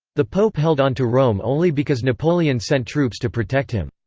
the pope held onto rome only because napoleon sent troops to protect him.